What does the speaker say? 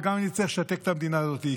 וגם אם נצטרך לשתק את המדינה הזאת.